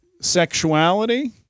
sexuality